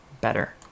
better